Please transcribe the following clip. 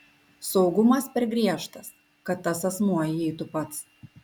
saugumas per griežtas kad tas asmuo įeitų pats